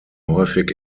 häufig